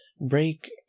break